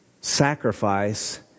sacrifice